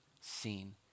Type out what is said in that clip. seen